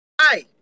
Hi